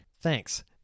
Thanks